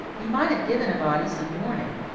you might have given a body some warning.